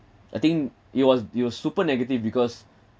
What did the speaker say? I think it was it was super negative because